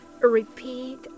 repeat